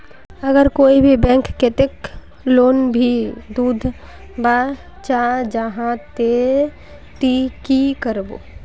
अगर कोई भी बैंक कतेक लोन नी दूध बा चाँ जाहा ते ती की करबो?